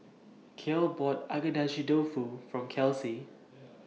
Cale bought Agedashi Dofu For Kelsey